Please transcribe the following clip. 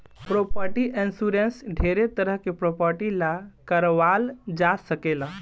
property insurance ढेरे तरह के प्रॉपर्टी ला कारवाल जा सकेला